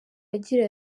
agira